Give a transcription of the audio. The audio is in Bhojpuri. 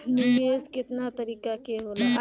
निवेस केतना तरीका के होला?